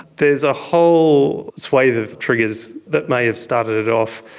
there's a whole swathe of triggers that may have started it off.